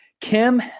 Kim